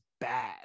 bad